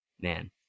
Man